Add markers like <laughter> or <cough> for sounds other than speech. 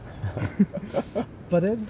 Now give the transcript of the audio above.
<laughs>